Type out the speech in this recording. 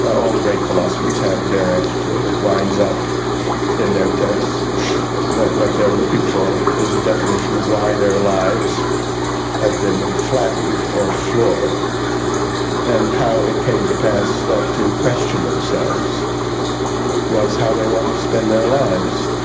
all the great philosophers have their answer to it. it winds up in their texts that what they're looking for is a definition of why their lives have been flattened or floored and how it came to pass that to question themselves was how they wanted to spend their lives.